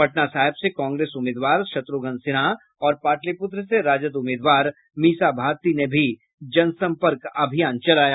पटना साहिब से कांग्रेस उम्मीदवार शत्रुघ्न सिन्हा और पाटलिपुत्र से राजद उम्मीदवार मीसा भारती ने भी जनसंपर्क अभियान चलाया